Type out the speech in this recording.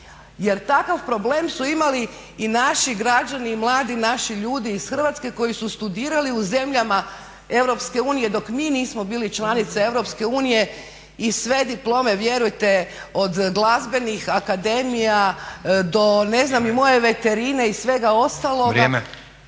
Jer takav problem su imali i naši građani i mladi naši ljudi iz Hrvatske koji su studirali u zemljama EU dok mi nismo bili članica EU i sve diplome vjerujte od glazbenih akademija do ne znam i moje veterine i svega ostaloga